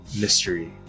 mystery